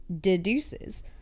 deduces